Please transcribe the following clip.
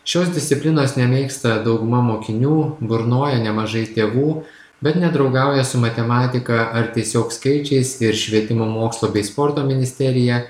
šios disciplinos nemėgsta dauguma mokinių burnoja nemažai tėvų bet nedraugauja su matematika ar tiesiog skaičiais ir švietimo mokslo bei sporto ministerija